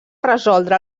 resoldre